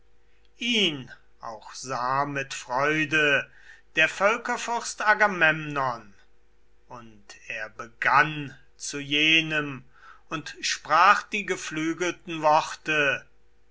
ihn auch sah mit freude der völkerfürst agamemnon und er begann zu jenem und sprach die geflügelten worte